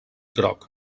groc